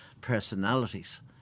personalities